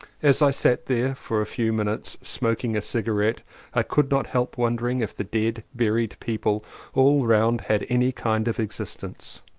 as i sat there for a few minutes smoking a cigarette i could not help wondering if the dead, buried people all round had any kind of existence.